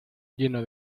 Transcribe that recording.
lleno